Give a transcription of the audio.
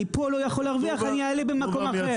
אני פה לא יכול להרוויח אז אני אעלה במקום אחר.